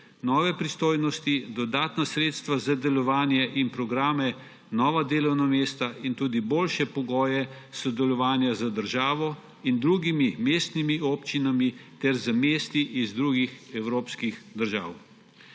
nove pristojnosti, dodatna sredstva za delovanje in programe, nova delovna mesta in tudi boljše pogoje sodelovanja z državo in drugimi mestnimi občinami ter z mesti iz drugih evropskih držav.